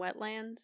wetlands